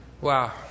Wow